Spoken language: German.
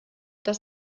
dass